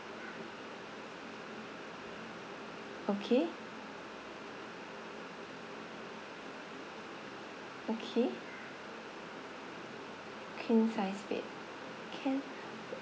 okay okay king size bed can